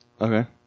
Okay